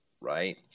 right